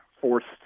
forced